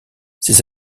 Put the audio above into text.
ses